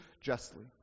justly